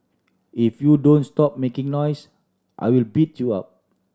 if you don't stop making noise I will beat you up